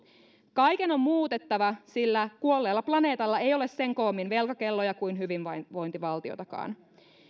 kaiken on muututtava sillä kuolleella planeetalla ei ole sen koommin velkakelloja kuin hyvinvointivaltiotakaan